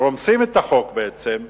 רומסים את החוק בעצם,